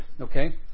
Okay